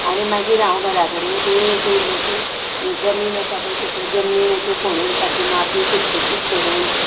आनी मागीर हांव घरा कडेन ती अशी इल्लीशी जमीन आसा पळय थंयसर जमनीर अशें खणून सारकी माती फुशफुशीत करून